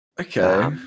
Okay